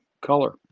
color